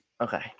Okay